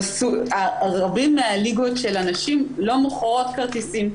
רבות מהליגות של הנשים לא מוכרות כרטיסים.